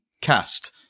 cast